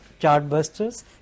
chartbusters